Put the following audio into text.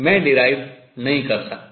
मैं derived व्युत्पन्न नहीं कर सकता